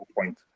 point